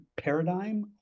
paradigm